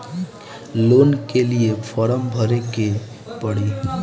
Loan के लिए form भरे के पड़ी?